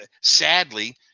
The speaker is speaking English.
Sadly